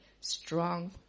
strong